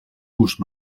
gust